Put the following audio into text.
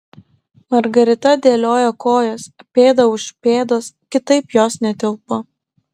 margarita dėliojo kojas pėda už pėdos kitaip jos netilpo